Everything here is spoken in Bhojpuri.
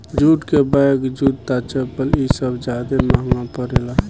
जूट के बैग, जूता, चप्पल इ सब ज्यादे महंगा परेला